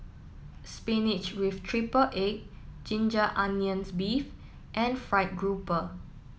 Spinach with Triple Egg Ginger Onions Beef and Fried Grouper